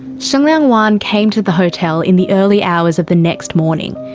shengliang wan came to the hotel in the early hours of the next morning.